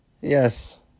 Yes